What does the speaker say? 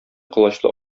колачлы